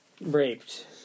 raped